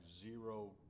zero